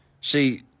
See